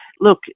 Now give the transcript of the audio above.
look